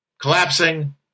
collapsing